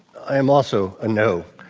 i am also a no